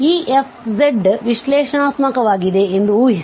ಈ f ವಿಶ್ಲೇಷಣಾತ್ಮಕವಾಗಿದೆ ಎಂದು ಊಹಿಸಿ